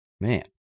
Man